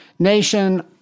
Nation